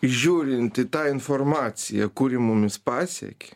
žiūrint į tą informaciją kuri mumis pasiekia